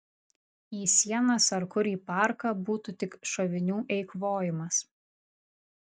į sienas ar kur į parką būtų tik šovinių eikvojimas